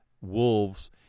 wolves –